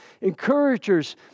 Encouragers